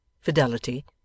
fidelity